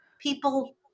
people